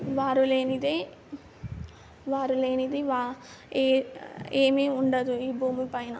వారు లేనిదే వారు లేనిది వా ఏ ఏమీ ఉండదు ఈ భూమి పైన